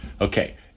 Okay